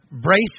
Brace